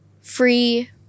free